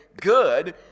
good